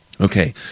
Okay